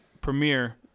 premiere